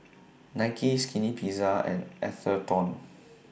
Nike Skinny Pizza and Atherton